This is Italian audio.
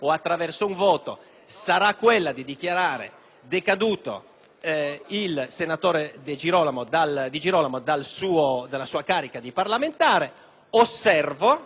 il senatore Di Girolamo dalla sua carica di parlamentare, osservo che per questo gravissimo fatto - e cioè per aver segnalato